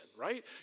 right